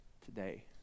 today